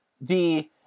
The-